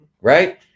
right